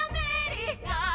America